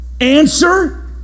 answer